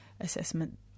assessment